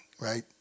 right